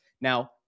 now